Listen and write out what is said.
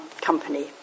company